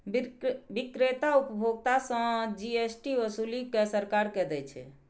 बिक्रेता उपभोक्ता सं जी.एस.टी ओसूलि कें सरकार कें दै छै